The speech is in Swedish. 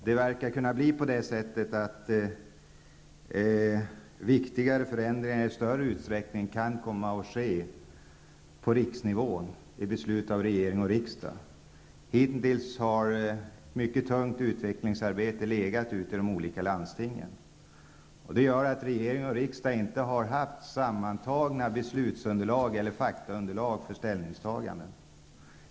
Det verkar kunna bli på det sättet att viktigare förändringar i större utsträckning kommer att ske på riksnivå genom beslut av regering och riksdag. Hitintills har mycket tungt utvecklingsarbete legat ute i de olika landstingen, och det gör att regering och riksdag inte har haft något sammantaget beslutsunderlag eller faktaunderlag för ställningstaganden.